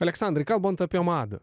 aleksandrai kalbant apie madą